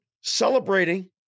Celebrating